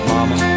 Mama